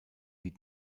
die